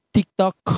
TikTok